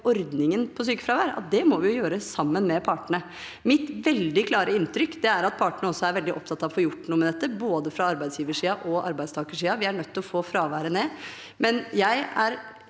ordningen på sykefravær, at vi må gjøre det sammen med partene. Mitt veldig klare inntrykk er at partene også er veldig opptatt av å få gjort noe med dette, både arbeidsgiversiden og arbeidstakersiden. Vi er nødt til å få fraværet ned,